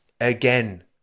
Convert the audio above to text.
Again